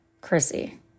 Chrissy